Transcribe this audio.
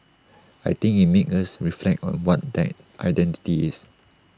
I think IT made us reflect on what that identity is